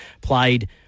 played